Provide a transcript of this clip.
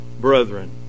brethren